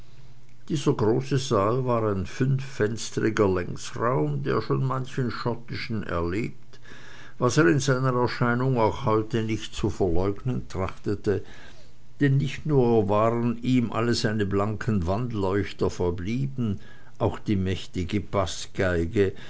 dieser große saal war ein fünffenstriger längsraum der schon manchen schottischen erlebt was er in seiner erscheinung auch heute nicht zu verleugnen trachtete denn nicht nur waren ihm alle seine blanken wandleuchter verblieben auch die mächtige